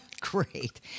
Great